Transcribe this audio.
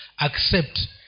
accept